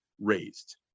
raised